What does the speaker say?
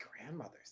Grandmother's